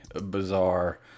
bizarre